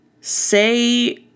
say